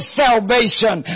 salvation